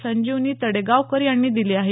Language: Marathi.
संजीवनी तडेगावकर यांनी दिली आहे